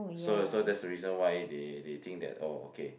so so that's the reason why they they think that oh okay